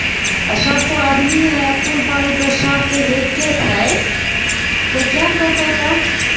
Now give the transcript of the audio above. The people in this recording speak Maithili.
सभ तो आदमीए है खून पानी तऽ सभके एक्के छै तऽ किएक नहि करि पयतह